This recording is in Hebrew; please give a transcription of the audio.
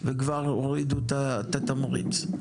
וכבר הורידו את התמריץ.